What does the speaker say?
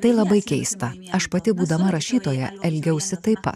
tai labai keista aš pati būdama rašytoja elgiausi taip pat